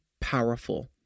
powerful